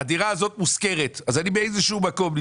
הדירה הזו מושכרת, אז אני נמצא באיזה שהוא מקום.